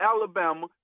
Alabama